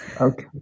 Okay